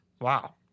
Wow